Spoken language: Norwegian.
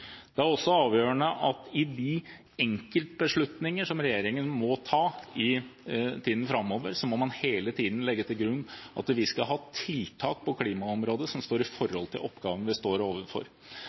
Det er også avgjørende at i de enkeltbeslutninger som regjeringen må ta i tiden framover, må man hele tiden legge til grunn at vi skal ha tiltak på klimaområdet som står i forhold til oppgavene vi står overfor.